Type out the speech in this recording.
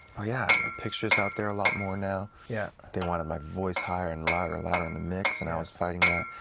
oh yeah, my picture is out there a lot more now, yeah they wanted my voice higher and louder and louder in the mix, and i was fighting that.